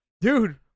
dude